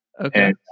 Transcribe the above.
Okay